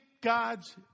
God's